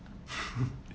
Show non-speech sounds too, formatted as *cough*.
*laughs*